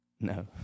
no